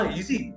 easy